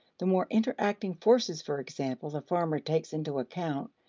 the more interacting forces, for example, the farmer takes into account,